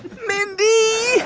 mindy.